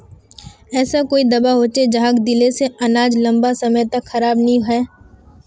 ऐसा कोई दाबा होचे जहाक दिले से अनाज लंबा समय तक खराब नी है?